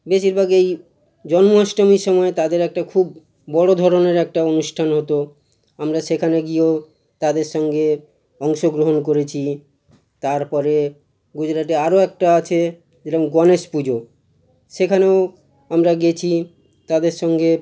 বেশিরভাগ এই জন্মাষ্টমীর সময় তাদের একটা খুব বড় ধরনের একটা অনুষ্ঠান হতো আমরা সেখানে গিয়েও তাদের সঙ্গে অংশগ্রহণ করেছি তারপরে গুজরাটে আরও একটা আছে যেরকম গণেশ পুজো সেখানেও আমরা গেছি তাদের সঙ্গে